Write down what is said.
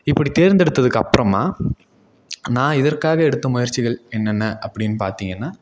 இப்படி தேர்ந்துதெடுத்ததுக்கப்புறமா நான் இதற்காக எடுத்த முயற்சிகள் என்னென்ன அப்படின்னு பார்த்திங்கன்னா